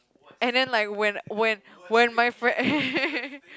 and then like when when when my friend